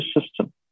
system